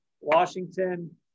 Washington